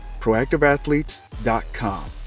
proactiveathletes.com